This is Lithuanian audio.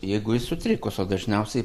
jeigu ji sutrikus o dažniausiai